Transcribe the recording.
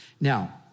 Now